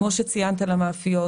בנוסף, כמו שציינת, למאפיות